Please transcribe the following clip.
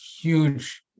huge